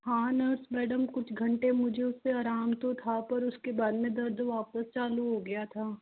हाँ nurse madam कुछ घंटे मुझे उस्से आराम तो था पर उसके बाद में दर्द वापस चालू हो गया था